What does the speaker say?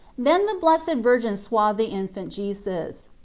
then the blessed virgin swathed the infant jesus.